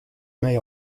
may